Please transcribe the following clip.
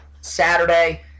Saturday